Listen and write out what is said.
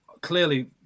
clearly